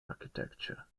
architecture